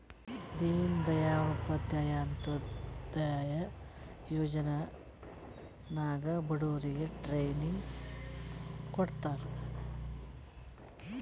ದೀನ್ ದಯಾಳ್ ಉಪಾಧ್ಯಾಯ ಅಂತ್ಯೋದಯ ಯೋಜನಾ ನಾಗ್ ಬಡುರಿಗ್ ಟ್ರೈನಿಂಗ್ ಕೊಡ್ತಾರ್